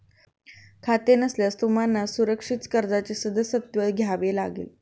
खाते नसल्यास तुम्हाला सुरक्षित कर्जाचे सदस्यत्व घ्यावे लागेल